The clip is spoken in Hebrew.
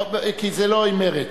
כי זה לא עם מרצ.